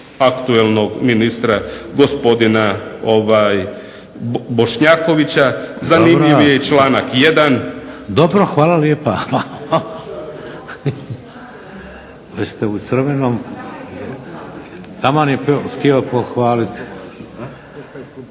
aktualnog ministra gospodina Bošnjakovića. Zanimljiv je i članak 1. **Šeks, Vladimir